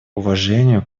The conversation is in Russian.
уважения